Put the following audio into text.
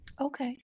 Okay